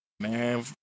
Man